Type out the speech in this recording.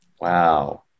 Wow